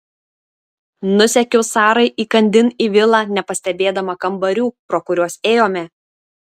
nusekiau sarai įkandin į vilą nepastebėdama kambarių pro kuriuos ėjome